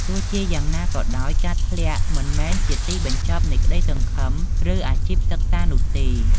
ទោះជាយ៉ាងណាក៏ដោយ ការធ្លាក់មិនមែនជាទីបញ្ចប់នៃក្តីសង្ឃឹម ឬអាជីពសិក្សានោះទេ។